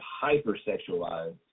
hyper-sexualized